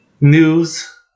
News